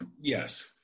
Yes